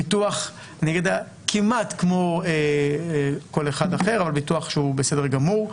ביטוח כמעט כמו כל אחד אחר אבל ביטוח שהוא בסדר גמור.